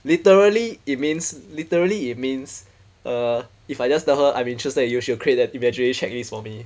literally it means literally it means err if I just tell her I'm interested in you she will create that imaginary checklist for me